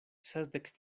sesdek